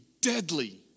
deadly